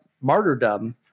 martyrdom